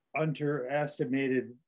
underestimated